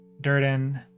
Durden